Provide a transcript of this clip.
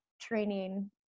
training